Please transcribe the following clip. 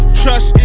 trust